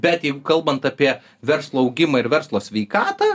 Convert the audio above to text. bet jeigu kalbant apie verslo augimą ir verslo sveikatą